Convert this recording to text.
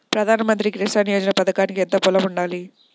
ప్రధాన మంత్రి కిసాన్ యోజన పథకానికి ఎంత పొలం ఉండాలి?